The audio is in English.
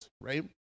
right